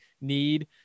need